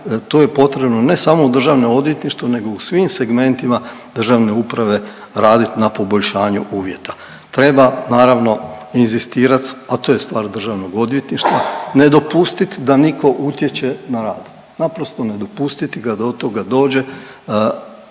to je potrebno ne samo u državnom odvjetništvu nego u svim segmentima državne uprave radit na poboljšanju uvjeta. Treba naravno inzistirat, a to je stvar državnog odvjetništva ne dopustit da niko utječe na rad, naprosto ne dopustiti ga da od toga dođe